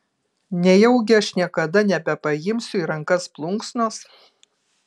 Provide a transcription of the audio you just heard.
nejaugi aš niekada nebepaimsiu į rankas plunksnos